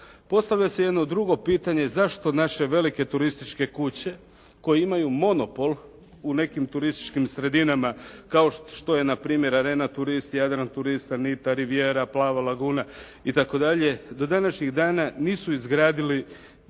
Postavlja se jedno drugo pitanje, zašto naše velike turističke kuće, koje imaju monopol u nekim turističkim sredinama kao što je npr. Arena turist, "Jadran-turist", "Anita", "Rivijera", "Plava laguna" itd. do današnjih dana nisu izgradile